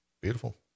Beautiful